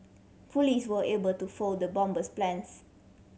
police were able to foil the bomber's plans